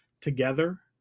together